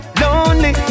lonely